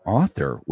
author